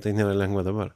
tai nėra lengva dabar